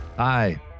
Hi